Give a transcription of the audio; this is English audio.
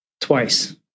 Twice